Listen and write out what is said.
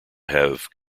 have